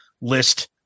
list